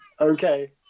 Okay